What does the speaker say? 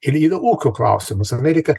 ir yra ūkio klausimas amerika